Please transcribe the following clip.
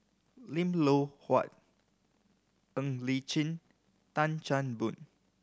Lim Loh Huat Ng Li Chin Tan Chan Boon